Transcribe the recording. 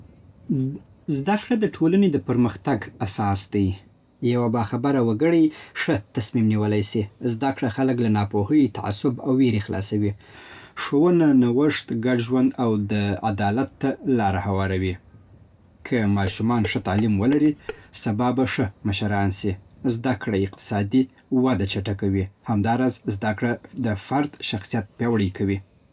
زده کړه د ټولنې د پرمختګ اساس دی. یو باخبره وګړی ښه تصمیم نیولی سي. زده کړه خلک له ناپوهۍ، تعصب او وېرې خلاصوي. ښوونه نوښت، ګډ ژوند او د عدالت ته لاره هواروي. که ماشومان ښه تعلیم ولري، سبا به ښه مشران شي. زده کړه اقتصادي وده چټکوي. همداراز، زده کړه د فرد شخصیت پیاوړې کوي